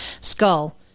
skull